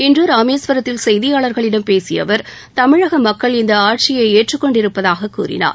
இன்று ராமேஸ்வரத்தில் செய்தியாளர்களிடம் பேசிய அவர் தமிழக மக்கள் இந்த ஆட்சியை ஏற்றுக் கொண்டிருப்பதாக கூறினார்